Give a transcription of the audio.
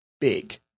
big